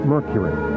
Mercury